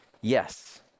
yes